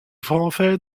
français